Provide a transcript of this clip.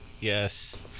Yes